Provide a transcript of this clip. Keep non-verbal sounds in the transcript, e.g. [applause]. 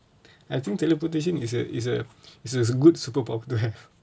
I think teleportation is a is a is a good superpower [laughs]